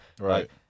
right